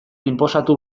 inposatu